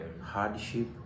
hardship